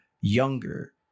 younger